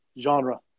genre